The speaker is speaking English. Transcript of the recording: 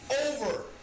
over